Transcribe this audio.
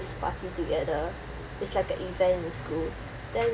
this party together it's like an event in school then